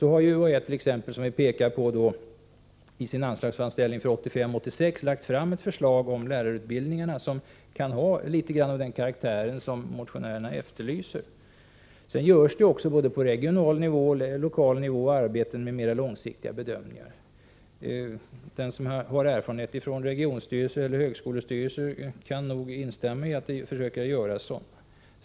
Så har UHÄ t.ex., som vi påpekar, i sin anslagsframställning för 1985/86 lagt fram ett förslag om lärarutbildningarna som har karaktär av den långtidsbedömning som motionärerna efterlyser. Sedan bedrivs det både på regional och på lokal nivå arbete med mera långsiktiga bedömningar. Den som har erfarenhet från regionstyrelse eller högskolestyrelse kan nog instämma i att man försöker göra sådana.